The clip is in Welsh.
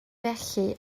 felly